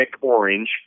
orange